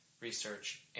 research